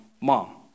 Mom